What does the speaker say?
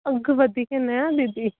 अघि वधीक न आहे दीदी